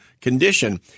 condition